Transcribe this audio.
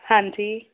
ਹਾਂਜੀ